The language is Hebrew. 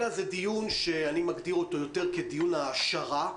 אלא זה שאני מגדיר אותו יותר כדיון העשרה.